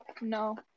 No